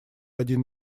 один